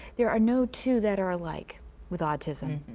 there are no two that are alike with autism.